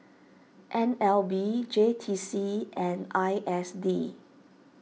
N L B J T C and I S D